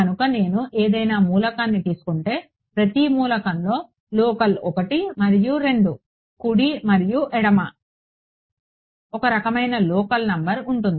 కనుక నేను ఏదైనా మూలకాన్ని తీసుకుంటే ప్రతి మూలకంలో లోకల్ 1 మరియు 2 కుడి మరియు ఎడమ ఒక రకమైన లోకల్ నంబర్ ఉంటుంది